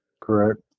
correct